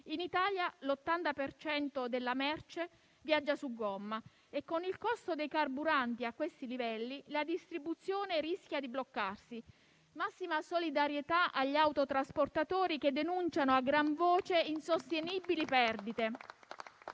In Italia l'80 per cento della merce viaggia su gomma e con il costo dei carburanti a questi livelli la distribuzione rischia di bloccarsi. Massima solidarietà agli autotrasportatori che denunciano a gran voce insostenibili perdite.